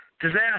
Disaster